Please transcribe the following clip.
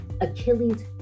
achilles